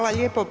lijepo.